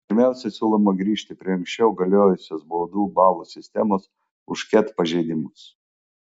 pirmiausia siūloma grįžti prie anksčiau galiojusios baudų balų sistemos už ket pažeidimus